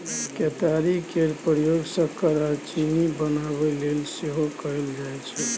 केतारी केर प्रयोग सक्कर आ चीनी बनाबय लेल सेहो कएल जाइ छै